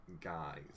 guys